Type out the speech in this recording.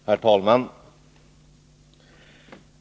Herr talman!